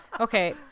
Okay